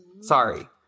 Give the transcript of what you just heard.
Sorry